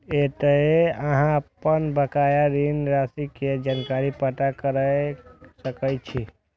एतय अहां अपन बकाया ऋण राशि के जानकारी पता कैर सकै छी